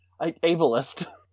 ableist